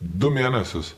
du mėnesius